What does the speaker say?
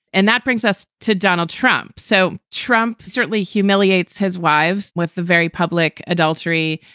and that brings us to donald trump. so trump certainly humiliates his wives with the very public adultery.